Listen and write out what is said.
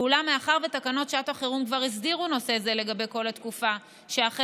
אולם מאחר שתקנות שעת החירום כבר הסדירו נושא זה לגבי כל התקופה שמ-10